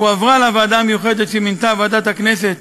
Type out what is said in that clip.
הועברה לוועדה המיוחדת שמינתה ועדת הכנסת